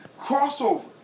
crossover